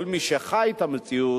כל מי שחי את המציאות